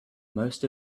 most